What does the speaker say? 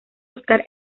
oscar